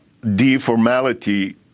deformality